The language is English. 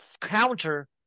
counter